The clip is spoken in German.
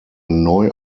neu